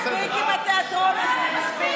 מספיק עם התיאטרון הזה, מספיק.